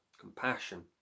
compassion